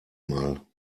mal